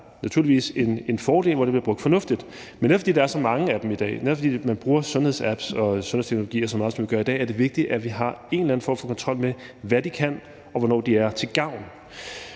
det er naturligvis en fordel, hvor det bliver brugt fornuftigt. Men netop fordi der er så mange af dem i dag, og netop fordi man bruger sundhedsapps og sundhedsteknologier, som man gør i dag, er det vigtigt, at vi har en eller anden form for kontrol med, hvad de kan, og hvornår de er til gavn.